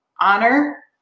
honor